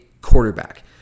quarterback